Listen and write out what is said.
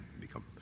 become